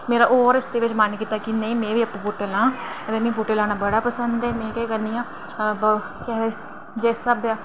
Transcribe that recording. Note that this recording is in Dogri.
ते मेरा होर इस्सै बिच मन कीता की में बी बूह्टे लां ते मिगी बूह्टे लाना बड़ा पसंद ऐ ते में केह् करनी आं केह् आखदे जिस स्हाबै